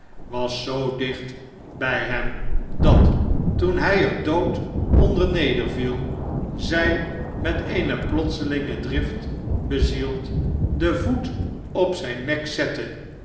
was zoo dicht by hem dat toen hjj er dood onder nederviel zy met eene plotselinge drift bezield den voet op zjjn nek zette